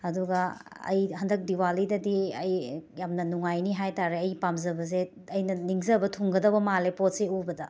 ꯑꯗꯨꯒ ꯑꯩ ꯍꯟꯗꯛ ꯗꯤꯋꯥꯂꯤꯗꯗꯤ ꯑꯩ ꯌꯥꯝꯅ ꯅꯨꯡꯉꯥꯏꯅꯤ ꯍꯥꯏꯇꯥꯔꯦ ꯑꯩ ꯄꯥꯝꯖꯕꯁꯦ ꯑꯩꯅ ꯅꯤꯡꯖꯕ ꯊꯨꯡꯒꯗꯕ ꯃꯥꯜꯂꯦ ꯄꯣꯠꯁꯦ ꯎꯕꯗ